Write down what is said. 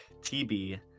TB